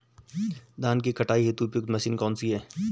धान की कटाई हेतु उपयुक्त मशीन कौनसी है?